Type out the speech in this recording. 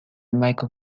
michael